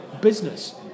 business